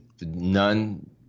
none